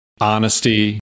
honesty